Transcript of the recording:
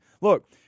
look